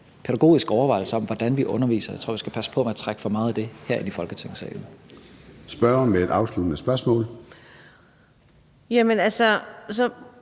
pædagogisk overvejelse om, hvordan vi underviser. Jeg tror, vi skal passe på med at trække for meget af det herind i Folketingssalen. Kl. 13:24 Formanden (Søren Gade):